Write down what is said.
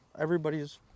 Everybody's